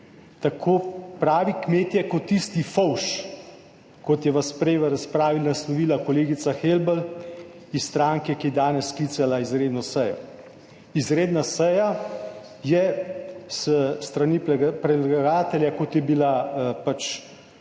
Tako pravi kmetje kot tisti fovš, kot je vas prej v razpravi naslovila kolegica Helbl, iz stranke, ki je danes sklicala izredno sejo. Izredna seja je s strani fovš in prave